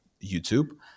YouTube